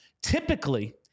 typically